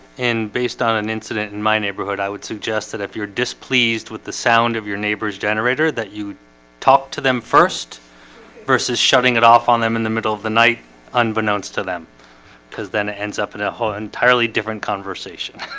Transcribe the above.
and based on an incident in my neighborhood i would suggest that if you're displeased with the sound of your neighbors generator that you talked to them first versus shutting it off on them in the middle of the night unbeknownst to them because then it ends up in a hole entirely different conversation